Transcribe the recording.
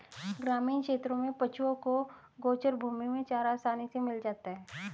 ग्रामीण क्षेत्रों में पशुओं को गोचर भूमि में चारा आसानी से मिल जाता है